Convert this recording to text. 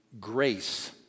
grace